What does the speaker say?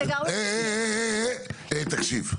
היי תקשיב.